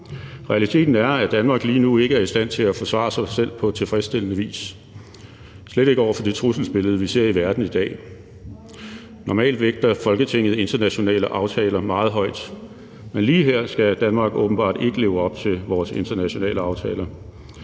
Realiteten er, at Danmark lige nu ikke er i stand til at forsvare sig selv på tilfredsstillende vis, slet ikke over for det trusselsbillede, vi ser i verden i dag. Normalt vægter Folketinget internationale aftaler meget højt, men lige her skal Danmark åbenbart ikke leve op til vores internationale aftaler.